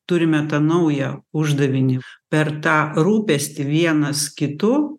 turime tą naują uždavinį per tą rūpestį vienas kitu